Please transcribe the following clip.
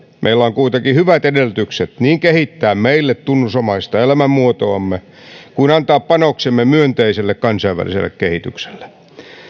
meillä on kuitenkin hyvät edellytykset niin kehittää meille tunnusomaista elämänmuotoamme kuin antaa panoksemme myönteiselle kansainväliselle kehitykselle